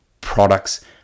products